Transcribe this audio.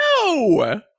No